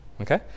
Okay